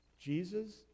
Jesus